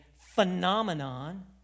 phenomenon